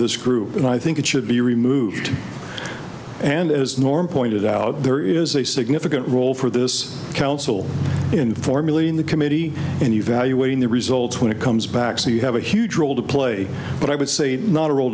this group and i think it should be removed and as norm pointed out there is a significant role for this council in formulating the committee and you valuating the results when it comes back so you have a huge role to play but i would say not a role